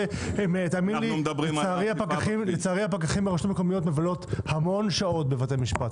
לצערי הפקחים ברשויות המקומיות מבלים המון שעות בבתי משפט.